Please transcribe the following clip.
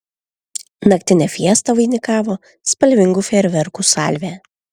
naktinę fiestą vainikavo spalvingų fejerverkų salvė